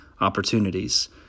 opportunities